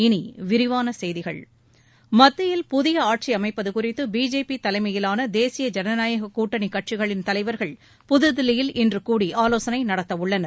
இனி விரிவான செய்திகள் மத்தியில் புதிய ஆட்சி அமைப்பது குறித்து பிஜேபி தலைமையிலான தேசிய ஜனநாயக கூட்டணி கட்சிகளின் தலைவர்கள் புதுதில்லியில் இன்று கூடி ஆலோசனை நடத்த உள்ளனர்